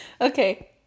Okay